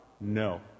No